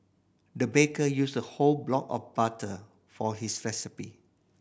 the baker used a whole block of butter for his recipe